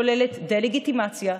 כוללת דה-לגיטימציה,